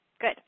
good